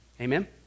Amen